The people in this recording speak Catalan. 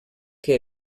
que